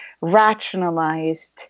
rationalized